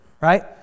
right